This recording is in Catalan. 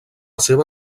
seva